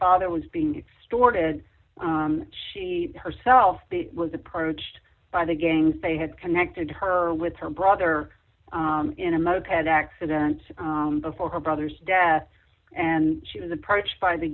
father was being stored as she herself was approached by the gangs they had connected her with her brother in a moped accident before her brother's death and she was approached by the